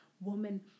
woman